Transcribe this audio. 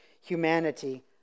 humanity